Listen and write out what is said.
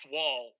Wall